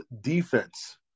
defense